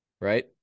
right